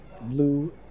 blue